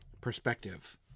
perspective